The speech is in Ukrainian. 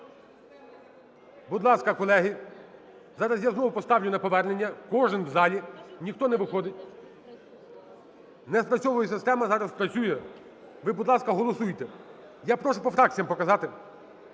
Будь ласка, колеги, зараз я знову поставлю на повернення. Кожен в залі, ніхто не виходить. Не спрацьовує система, зараз спрацює, ви, будь ласка, голосуйте. Я прошу по фракціям показати.